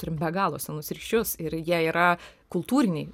turim be galo senus ryšius ir jie yra kultūriniai